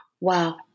Wow